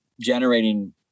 generating